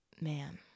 man